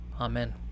Amen